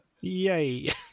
Yay